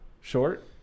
short